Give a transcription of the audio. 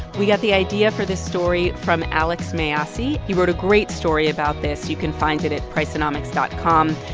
we got the idea for this story from alex mayyasi. he wrote a great story about this. you can find it at priceonomics dot com.